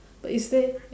but is there